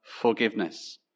forgiveness